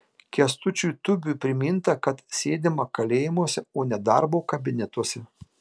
kęstučiui tubiui priminta kad sėdima kalėjimuose o ne darbo kabinetuose